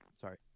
Sorry